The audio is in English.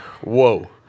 whoa